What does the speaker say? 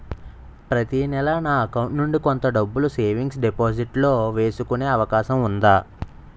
ప్రతి నెల నా అకౌంట్ నుండి కొంత డబ్బులు సేవింగ్స్ డెపోసిట్ లో వేసుకునే అవకాశం ఉందా?